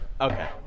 Okay